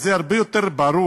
זה הרבה יותר ברור.